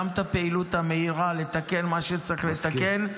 גם את הפעילות המהירה לתקן מה שצריך לתקן,